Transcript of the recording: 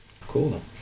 Cool